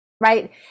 right